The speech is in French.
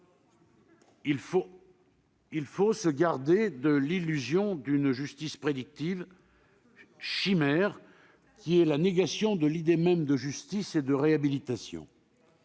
Il faut se garder de l'illusion d'une justice prédictive, chimère qui est la négation de l'idée même de justice et de réhabilitation.